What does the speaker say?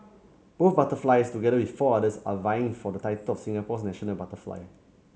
both butterflies together with four others are vying for the title of Singapore's national butterfly